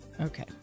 Okay